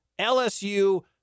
LSU